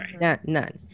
none